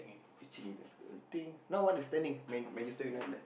itching already right thing now what the standing man~ Manchester-United